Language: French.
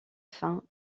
fin